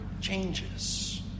changes